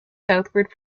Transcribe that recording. southward